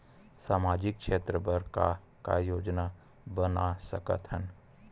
सामाजिक क्षेत्र बर का का योजना बना सकत हन?